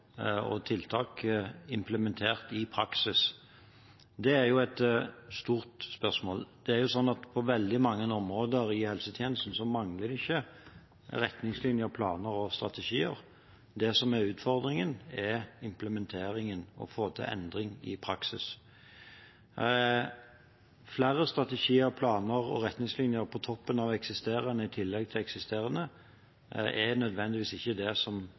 og tiltak implementert i praksis. Det er jo et stort spørsmål. På veldig mange områder i helsetjenesten mangler det ikke retningslinjer, planer og strategier. Det som er utfordringen, er implementeringen, å få til endring i praksis. Flere strategier, planer og retningslinjer på toppen av eksisterende – i tillegg til eksisterende – er ikke nødvendigvis det som